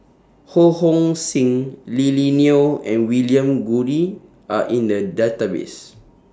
Ho Hong Sing Lily Neo and William Goode Are in The Database